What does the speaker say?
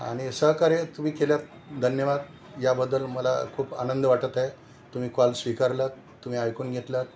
आणि सहकार्य तुम्ही केलंत धन्यवाद याबद्दल मला खूप आनंद वाटत आहे तुम्ही कॉल स्वीकारलात तुम्ही ऐकून घेतलात